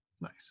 nice